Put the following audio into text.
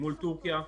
מול טורקיה.